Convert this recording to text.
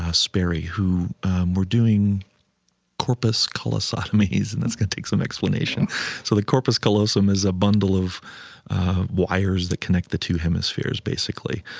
ah sperry, who were doing corpus callosotomies, and that's going to take some explanation so the corpus callosum is a bundle of wires that connect the two hemispheres basically,